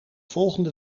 volgende